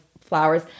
flowers